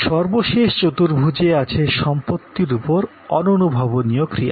সর্বশেষ চতুর্ভুজে আছে সম্পত্তির উপর অদৃশ্য ক্রিয়া